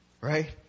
right